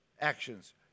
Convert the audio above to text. Actions